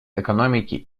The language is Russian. экономике